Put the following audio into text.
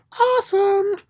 awesome